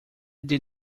did